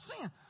sin